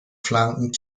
flanken